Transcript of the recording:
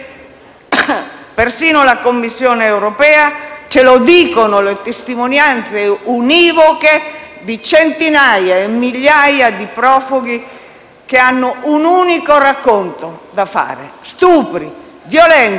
persino la Commissione europea e le testimonianze univoche di centinaia, di migliaia di profughi, che hanno un unico racconto da fare: stupri, violenze e torture.